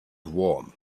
warm